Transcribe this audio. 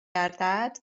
گردد